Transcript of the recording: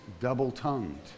double-tongued